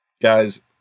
guys